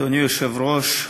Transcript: אדוני היושב-ראש,